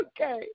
okay